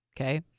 okay